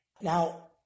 Now